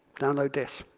download this.